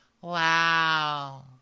Wow